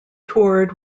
toured